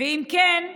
שאם לא כן,